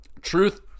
Truth